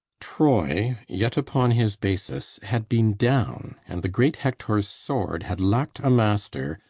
troy, yet upon his basis, had been down, and the great hector's sword had lack'd a master,